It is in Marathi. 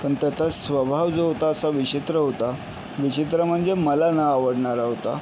पण त्याचा स्वभाव जो होता असा विशित्र होता विचित्र म्हणजे मला न आवडणारा होता